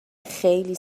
خیلی